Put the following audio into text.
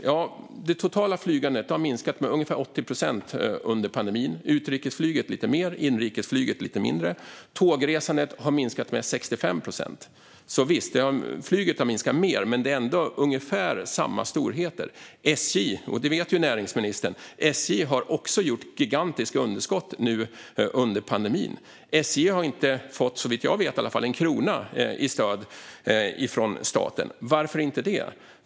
Ja, det totala flygandet har minskat med ungefär 80 procent under pandemin - utrikesflyget lite mer, inrikesflyget lite mindre. Tågresandet har minskat med 65 procent, så visst har flyget minskat mer, men det är ändå ungefär samma storheter. SJ har också haft gigantiska underskott nu under pandemin. Det vet ju näringsministern. Men SJ har såvitt jag vet inte fått en krona i stöd från staten. Varför inte det?